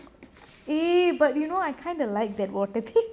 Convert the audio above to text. eh but you know I kinda liked that wall tear